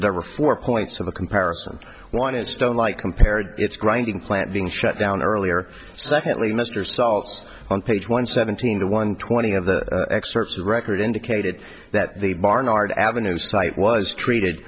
were four points of a comparison one in stone like compared it's grinding plant being shut down earlier secondly mr salts on page one seventeen to one twenty of the excerpts of record indicated that the barnard avenue site was treated